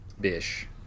Bish